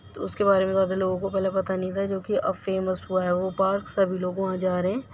تو اس کے بارے میں زیادہ لوگوں کو پہلے پتہ نہیں تھا جو کہ فیمس ہوا ہے وہ پارک سبھی لوگ وہاں جا رہے ہیں